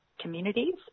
communities